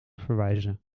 verwijzen